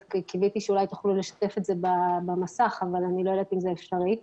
קיוויתי שאולי תוכלו לשתף את זה במסך אבל אני לא יודעת אם זה אפשרי.